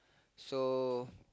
so